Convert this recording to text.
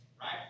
right